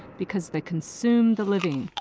because they consume the living.